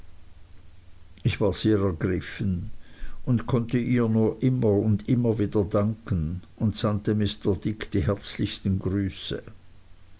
ich war sehr ergriffen und konnte ihr nur immer und immer wieder danken und sandte mr dick die herzlichsten grüße